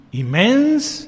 immense